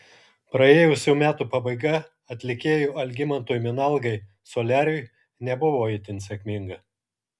praėjusių metų pabaiga atlikėjui algimantui minalgai soliariui nebuvo itin sėkminga